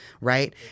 right